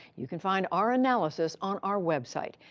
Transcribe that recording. you can find our analysis on our web site,